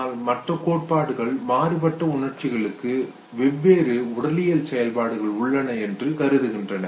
ஆனால் மற்ற கோட்பாடுகள் மாறுபட்ட உணர்ச்சிகளுக்கு வெவ்வேறு உடலியல் செயல்பாடுகள் உள்ளன என்று கருதுகின்றன